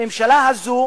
בממשלה הזאת